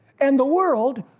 and the world,